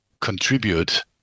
contribute